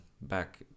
back